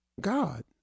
God